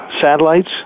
satellites